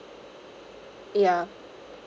ya